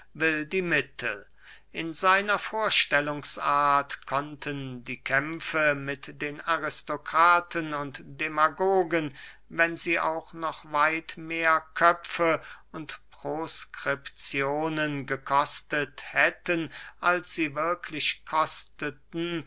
die mittel in seiner vorstellungsart konnten die kämpfe mit den aristokraten und demagogen wenn sie auch noch weit mehr köpfe und proscripzionen gekostet hätten als sie wirklich kosteten